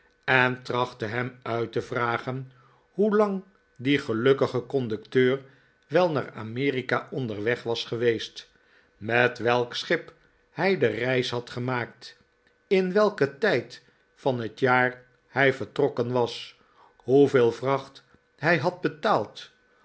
en trachtte hem uit te vragen hoelang die gelukkige conducteur wel naar amerika onderweg was geweest met welk schip hij de reis had gemaakt in welken tijd van het jaar hij vertrokken was hoeveel vracht hij had betaald